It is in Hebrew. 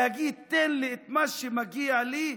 להגיד: תן לי את מה שמגיע לי,